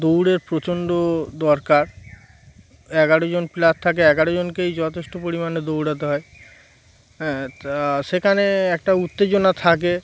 দৌড়ের প্রচণ্ড দরকার এগারোজনন প্লেয়ার থাকে এগারো জনকেই যথেষ্ট পরিমাণে দৌড়াতে হয় হ্যাঁ তা সেখানে একটা উত্তেজনা থাকে